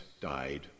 died